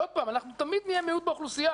כשאנחנו תמיד נהיה מיעוט באוכלוסייה?